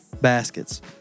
Baskets